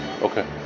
okay